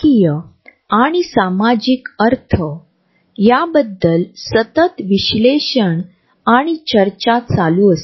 यावर जोर देण्यासाठी एखाद्याची स्थिती ही इतर लोकांच्या वैयक्तिक जागेत जाण्याचा प्रयत्न करू शकते